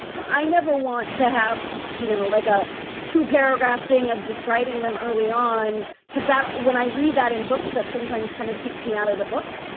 i never want to have, you know, like a two paragraph thing of describing them early on because that when i read that in books, that sometimes kind of takes me out of the book.